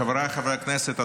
חבריי חברי הכנסת,